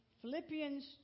Philippians